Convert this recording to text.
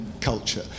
culture